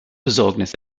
besorgnis